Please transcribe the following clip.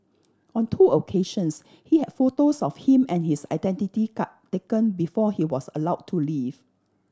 on two occasions he had photos of him and his identity card taken before he was allowed to leave